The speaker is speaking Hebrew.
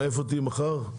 איפה תהיי מחר?